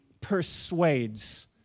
persuades